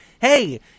hey